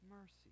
mercy